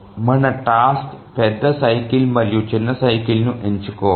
మన టాస్క్ పెద్ద సైకిల్ మరియు చిన్న సైకిల్ ను ఎంచుకోవడం